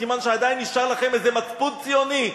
סימן שעדיין נשאר לכם איזה מצפון ציוני,